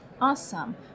Awesome